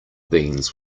beans